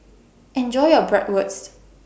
Enjoy your Bratwurst